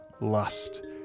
lust